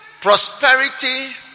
Prosperity